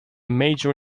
major